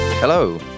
Hello